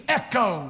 echo